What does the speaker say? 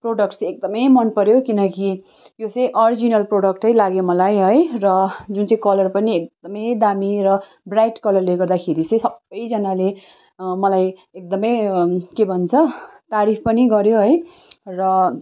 product चाहिँ एकदमै मनपऱ्यो किनकि यो चाहिँ ओरिजिनल प्रोडक्टै लाग्यो मलाई है र जुन चाहिँ कलर पनि एकदमै दामी र ब्राइट कलरले गर्दाखेरि चाहिँ सबैजनाले मलाई एकदमै के भन्छ तारिफ पनि गऱ्यो है र